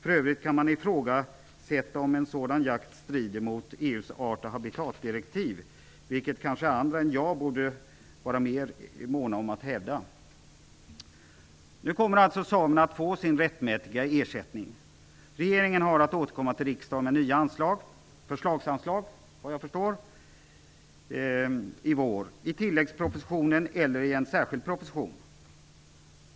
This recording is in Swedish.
För övrigt kan man ifrågasätta om en sådan jakt strider mot EU:s art och habitatdirektiv, vilket kanske andra än jag borde vara mer måna om att hävda. Nu kommer alltså samerna att få sin rättmätiga ersättning. Regeringen har att återkomma till riksdagen med nya anslag - förslagsanslag - i vår i tilläggspropositionen eller i en särskild proposition.